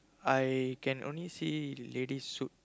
I can only see ladies suit